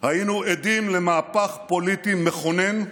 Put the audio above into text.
היינו עדים למהפך פוליטי מכונן,